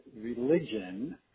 religion